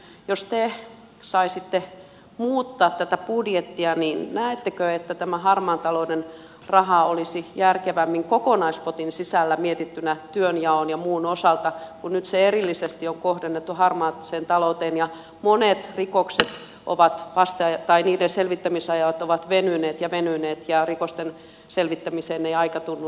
jos te saisitte muuttaa tätä budjettia niin näettekö että tämä harmaan talouden raha olisi järkevämmin kokonaispotin sisällä mietittynä työnjaon ja muun osalta kun nyt se erillisesti on kohdennettu harmaaseen talouteen ja monien rikosten selvittämisajat ovat venyneet ja venyneet ja rikosten selvittämiseen ei aika tunnu riittävän